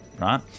right